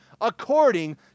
according